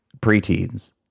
preteens